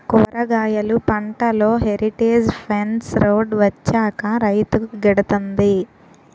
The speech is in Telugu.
కూరగాయలు పంటలో హెరిటేజ్ ఫెన్స్ రోడ్ వచ్చాక రైతుకు గిడతంది